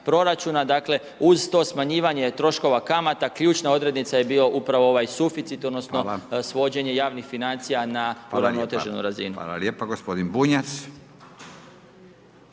dakle, uz to smanjivanja troškova kamata, ključna odrednica je bilo upravo ovaj suficit, odnosno, svođenje javnih financija na neuravnoteženu razinu. **Radin, Furio